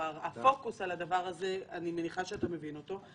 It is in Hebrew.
הפוקוס על הדבר הזה, אני מניחה שאתה מבין אותו.